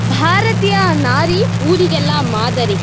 ಭಾರತೀಯ ನಾರಿ ಊರಿಗೆಲ್ಲ ಮಾದರಿ